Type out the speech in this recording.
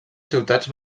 ciutats